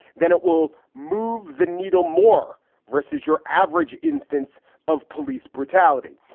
then it will move the needle more versus your average instance of police brutality.